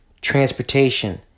transportation